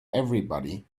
everybody